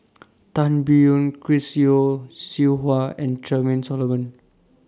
Tan Biyun Chris Yeo Siew Hua and Charmaine Solomon